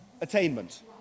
attainment